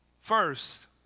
First